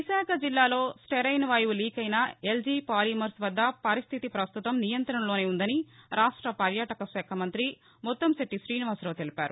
విశాఖజిల్లాలో styrene వాయువు లీకైన LG polymers వద్ద పరిస్టితి పస్తుతం నియం్రణలోనే ఉందని రాష్ట పర్యాటకశాఖ మంత్రి ముత్తంశెట్టి శీనివాసరావు తెలిపారు